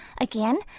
Again